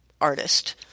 artist